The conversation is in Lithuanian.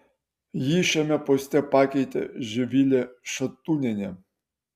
jį šiame poste pakeitė živilė šatūnienė